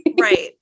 right